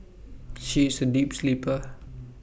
she is A deep sleeper